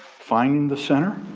finding the center.